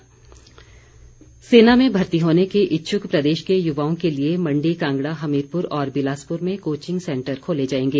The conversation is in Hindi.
महेन्द्र सिंह सेना में भर्ती होने के इच्छुक प्रदेश के युवाओं के लिए मण्डी कांगड़ा हमीरपुर और बिलासपुर में कोचिंग सैंटर खोले जाएंगे